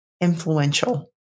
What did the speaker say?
influential